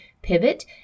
Pivot